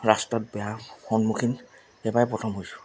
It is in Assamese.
ৰাস্তাত বেয়াৰ সন্মুখীন সেইবাৰেই প্ৰথম হৈছোঁ